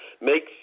make